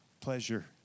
Pleasure